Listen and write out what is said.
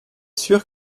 sûre